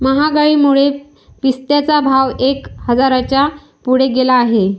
महागाईमुळे पिस्त्याचा भाव एक हजाराच्या पुढे गेला आहे